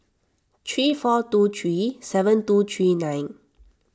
three four two three seven two three nine